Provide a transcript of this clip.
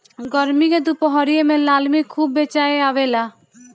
गरमी के दुपहरिया में लालमि खूब बेचाय आवेला